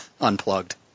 unplugged